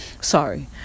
Sorry